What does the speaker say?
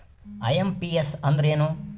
IMPS ಅಂದ್ರ ಏನು?